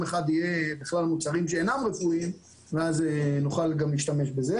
אחד יהיו מוצרים שאינם רפואיים ואז נוכל להשתמש גם בזה,